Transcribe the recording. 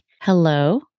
Hello